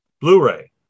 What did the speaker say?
Blu-ray